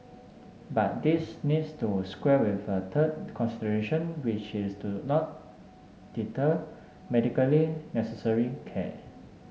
but this needs to square with a third consideration which is to not deter medically necessary care